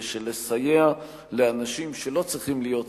של סיוע לאנשים שלא צריכים להיות כאן,